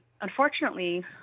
unfortunately